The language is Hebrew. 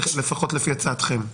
לפחות לפי הצעתכם.